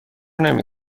نمی